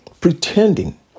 pretending